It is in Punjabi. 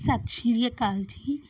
ਸਤਿ ਸ਼੍ਰੀ ਅਕਾਲ ਜੀ